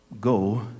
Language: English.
Go